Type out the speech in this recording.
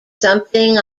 something